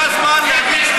זה הזמן להגיד,